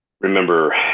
remember